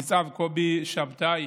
ניצב קובי שבתאי.